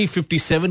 57